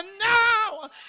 now